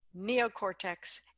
neocortex